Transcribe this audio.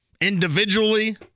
individually